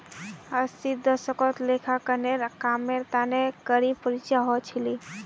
अस्सीर दशकत लेखांकनेर कामेर तने कड़ी परीक्षा ह छिले